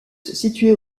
situés